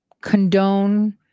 condone